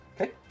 Okay